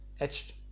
etched